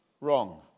wrong